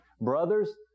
BROTHERS